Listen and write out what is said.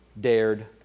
dared